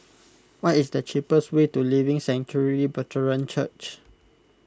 what is the cheapest way to Living Sanctuary Brethren Church